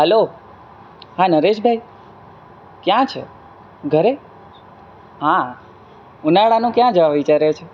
hello હા નરેશભાઈ ક્યાં છે ઘરે હા ઉનાળાનું ક્યાં જવા વિચારે છે